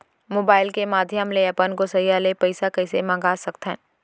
Mobile के माधयम ले अपन गोसैय्या ले पइसा कइसे मंगा सकथव?